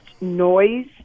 noise